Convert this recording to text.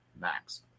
Max